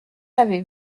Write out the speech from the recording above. avez